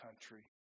country